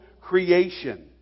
creation